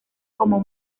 como